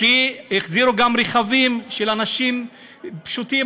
כי החזירו גם רכבים של אנשים פשוטים,